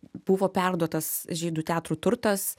buvo perduotas žydų teatrų turtas